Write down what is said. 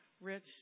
Rich